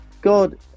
God